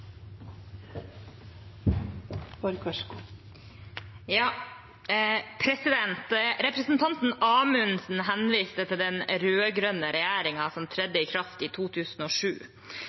Representanten Amundsen henviste til den rød-grønne regjeringen som trådte i kraft i 2007.